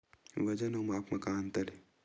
वजन अउ माप म का अंतर हे?